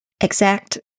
exact